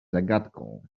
zagadką